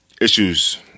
issues